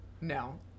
No